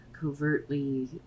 covertly